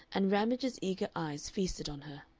and ramage's eager eyes feasted on her.